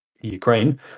ukraine